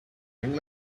drink